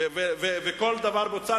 וכל דבר בוצע.